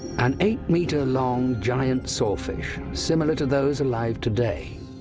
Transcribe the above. an eight-metre-long giant swordfish, similar to those alive today.